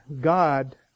God